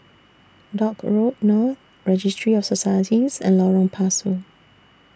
Dock Road North Registry of Societies and Lorong Pasu